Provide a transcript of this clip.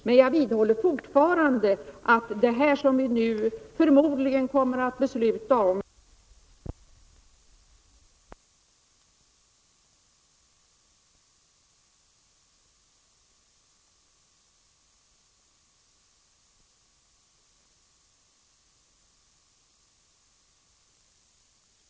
Men jag vidhåller fortfarande att det riksdagsmajoriteten förmodligen kommer att besluta om är en samman blandning av bistånd och handel som inte är förenlig med svensk Nr 54